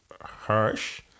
harsh